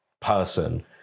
person